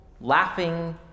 laughing